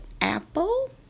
Apple